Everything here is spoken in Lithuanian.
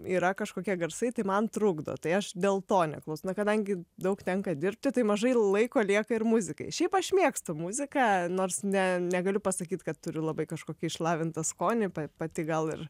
yra kažkokie garsai tai man trukdo tai aš dėl to neklausau na kadangi daug tenka dirbti tai mažai laiko lieka ir muzikai šiaip aš mėgstu muziką nors ne negaliu pasakyt kad turiu labai kažkokį išlavintą skonį pa pati gal ir